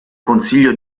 consiglio